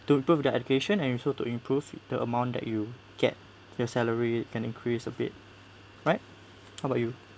to improve with their education and also to improve the amount that you get your salary can increase a bit right how about you